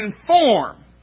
inform